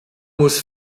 muss